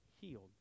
healed